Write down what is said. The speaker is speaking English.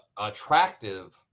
attractive